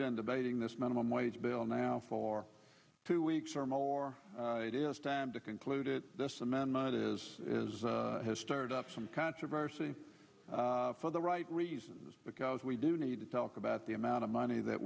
been debating this minimum wage bill now for two weeks or more it is time to conclude this amendment is has stirred up some controversy for the right reasons because we do need to talk about the amount of money that